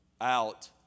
out